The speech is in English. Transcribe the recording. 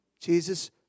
Jesus